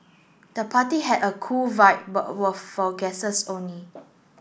the party had a cool vibe but were for guests only